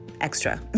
extra